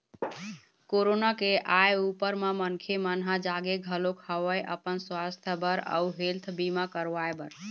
corona के आय ऊपर म मनखे मन ह जागे घलोक हवय अपन सुवास्थ बर अउ हेल्थ बीमा करवाय बर